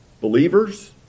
Believers